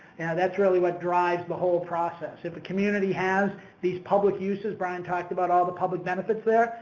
that's really what drives the whole process. if a community has these public uses, brian talked about all the public benefits there,